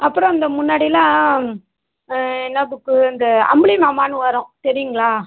அப்புறம் அந்த முன்னாடில்லாம் என்ன புக்கு இந்த அம்புலிமாமான்னு வரும் தெரியுங்களா